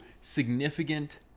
significant